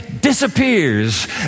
disappears